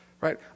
right